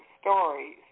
stories